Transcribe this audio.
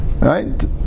right